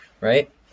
right